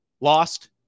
lost